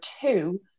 two